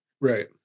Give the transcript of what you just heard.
Right